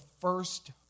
first